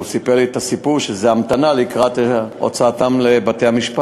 הוא סיפר לי את הסיפור שזו המתנה לקראת הוצאתם לבתי-המשפט,